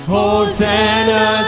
Hosanna